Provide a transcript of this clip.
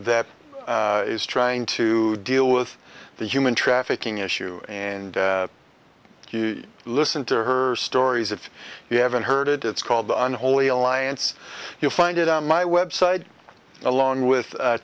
that is trying to deal with the human trafficking issue and you listen to her stories if you haven't heard it it's called the unholy alliance you find it on my website along with